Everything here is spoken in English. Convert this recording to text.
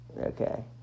Okay